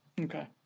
Okay